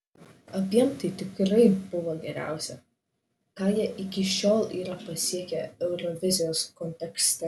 abiem tai tikrai buvo geriausia ką jie iki šiol yra pasiekę eurovizijos kontekste